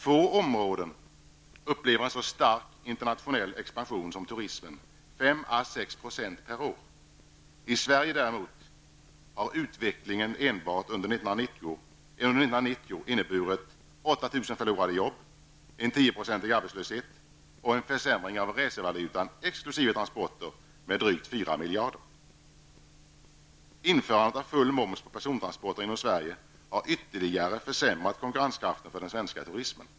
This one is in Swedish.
Få områden upplever en så stark internationell expansion som turismen, 5 à 6 % per år. I Sverige däremot har utvecklingen enbart under 1990 inneburit 8 000 förlorade jobb, en 10-procentig arbeslöshet och en försämring av resevalutan, exkl. Sverige har ytterligare försämrat konkurrenskraften för den svenska turismen.